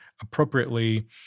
appropriately